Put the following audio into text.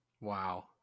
Wow